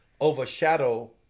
overshadow